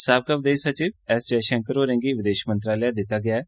साबका विदेश सचिव एस जयशंकर होरें'गी विदेश मंत्रालय दित्ता गेआ ऐ